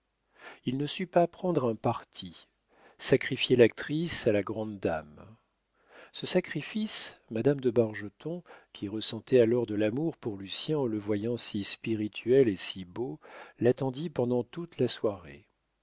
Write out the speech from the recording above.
il ne sut pas prendre un parti sacrifier l'actrice à la grande dame ce sacrifice madame de bargeton qui ressentait alors de l'amour pour lucien en le voyant si spirituel et si beau l'attendit pendant toute la soirée